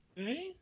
Okay